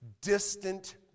distant